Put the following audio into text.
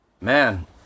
man